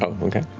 okay.